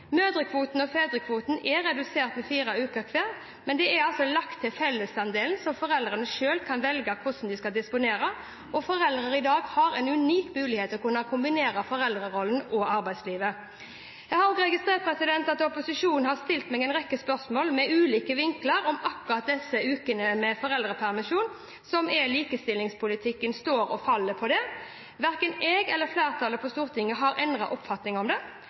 Mødrekvoten og fedrekvoten er redusert med fire uker hver, men det er lagt til fellesandelen, som foreldrene selv kan velge hvordan de skal disponere. Foreldre i dag har en unik mulighet til å kunne kombinere foreldrerollen og arbeidslivet. Jeg har registrert at opposisjonen har stilt meg en rekke spørsmål med ulike vinklinger om akkurat disse ukene med foreldrepermisjon, som om likestillingspolitikken står og faller på dette. Verken jeg eller flertallet på Stortinget har endret oppfatning om